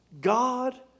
God